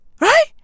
Right